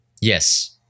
Yes